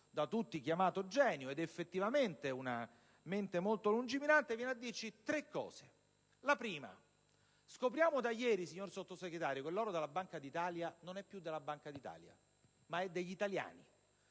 da tutti chiamato genio (ed effettivamente è una mente molto lungimirante) viene a dirci tre cose. La prima: scopriamo da ieri, signor Sottosegretario, che l'oro della Banca d'Italia non è più della Banca d'Italia, ma è degli italiani.